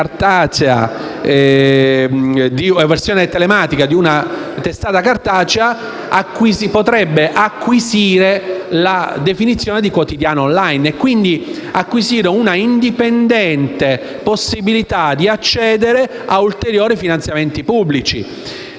una versione telematica di una testata cartacea, potrebbe acquisire la definizione di quotidiano *online* e, quindi, una indipendente possibilità di accedere ad ulteriori finanziamenti pubblici.